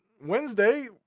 Wednesday